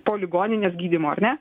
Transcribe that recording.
po ligoninės gydymo ar ne